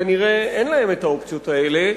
כנראה אין להם האופציות האלה,